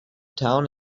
town